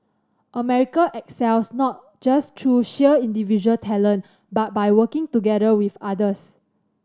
America excels not just through sheer individual talent but by working together with others